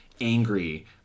angry